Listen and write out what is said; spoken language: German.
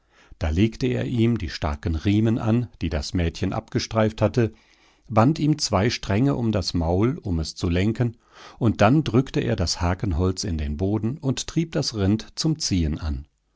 da legte er ihm die starken riemen an die das mädchen abgestreift hatte band ihm zwei stränge um das maul um es zu lenken und dann drückte er das hakenholz in den boden und trieb das rind zum ziehen an